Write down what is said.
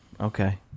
Okay